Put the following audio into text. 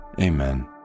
amen